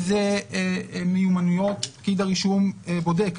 איזה מיומנויות פקיד הרישום בודק?